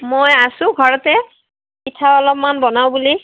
মই আছোঁ ঘৰতে পিঠা অলপমান বনাওঁ বুলি